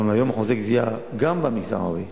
היום אחוז הגבייה, גם במגזר הערבי,